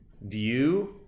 view